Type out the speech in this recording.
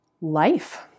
life